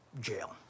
jail